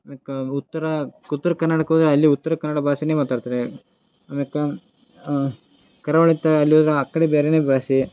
ಆಮ್ಯಾಕೆ ಉತ್ತರ ಉತ್ರ ಕನ್ನಡಕ್ಕೆ ಹೋದ್ರ ಅಲ್ಲಿ ಉತ್ರ ಕನ್ನಡ ಭಾಷೆನೇ ಮಾತಾಡ್ತಾರೆ ಆಮ್ಯಾಕೆ ಕರಾವಳಿ ತ ಅಲ್ಲಿ ಹೋದ್ರೆ ಆ ಕಡೆ ಬೇರೆನೇ ಭಾಷೆ